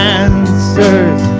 answers